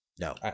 No